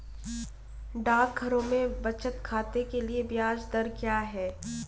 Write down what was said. डाकघरों में बचत खाते के लिए ब्याज दर क्या है?